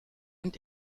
und